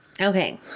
Okay